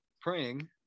praying